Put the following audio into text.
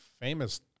famous